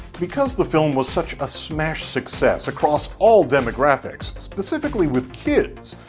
because the film was such a smash success across all demographics specifically with kids,